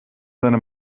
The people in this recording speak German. seine